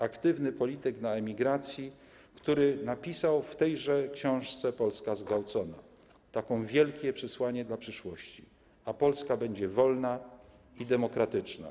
Aktywny polityk na emigracji, który napisał w tejże książce „Polska zgwałcona” wielkie przesłanie dla przyszłości: A Polska będzie wolna i demokratyczna.